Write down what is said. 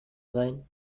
sein